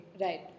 right